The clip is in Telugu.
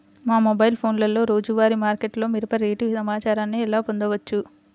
మా మొబైల్ ఫోన్లలో రోజువారీ మార్కెట్లో మిరప రేటు సమాచారాన్ని ఎలా పొందవచ్చు?